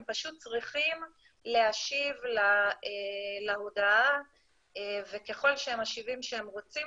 הם פשוט צריכים להשיב להודעה וככל שהם משיבים שהם רוצים